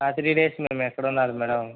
ఆ three days మేము ఎక్కడుండాలి మేడం